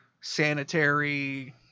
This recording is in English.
sanitary